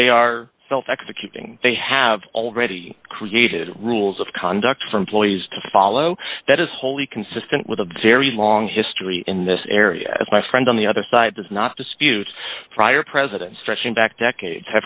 that they are self executing they have already created rules of conduct for employees to follow that is wholly consistent with a very long history in this area as my friend on the other side does not dispute prior presidents stretching back decade